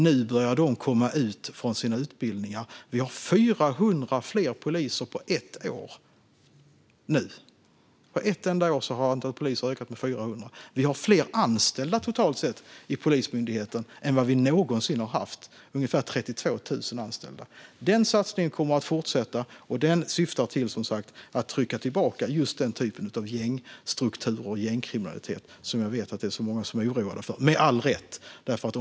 Nu börjar de komma ut från sina utbildningar. Nu har vi på ett år ökat antalet poliser med 400. Totalt sett har vi fler anställda än någonsin i Polismyndigheten, ungefär 32 000. Den satsningen kommer att fortsätta, och den syftar som sagt till att trycka tillbaka just gängstrukturer och gängkriminalitet, som jag vet att många med all rätt är oroade för.